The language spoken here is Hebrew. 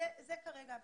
זאת כרגע הבעיה.